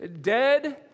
dead